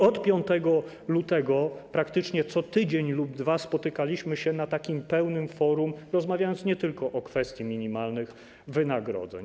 Od 5 lutego praktycznie co tydzień lub 2 tygodnie spotykaliśmy się na takim pełnym forum, rozmawiając nie tylko o kwestii minimalnych wynagrodzeń.